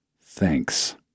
Thanks